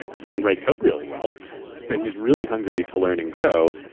he can write code really well but heaeurs really hungry to learn and grow.